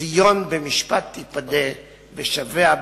ציון במשפט תפדה ושביה בצדקה".